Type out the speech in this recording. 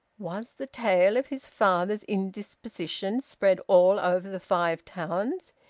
was the tale of his father's indisposition spread all over the five towns?